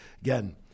Again